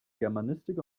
germanistik